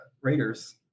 raiders